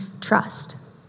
trust